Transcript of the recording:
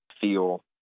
feel